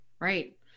right